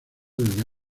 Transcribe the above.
desde